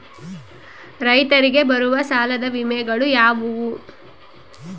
ರೈತರಿಗೆ ಬರುವ ಸಾಲದ ವಿಮೆಗಳು ಯಾವುವು?